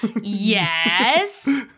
Yes